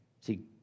See